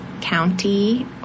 county